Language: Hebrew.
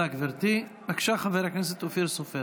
מאבק המטפלות והחינוך לגיל הרך.